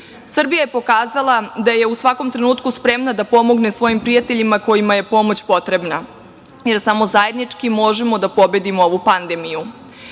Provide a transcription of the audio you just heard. je pokazala da je u svakom trenutku spremna da pomogne svojim prijateljima kojima je pomoć potrebna, jer samo zajednički možemo da pobedimo ovu pandemiju.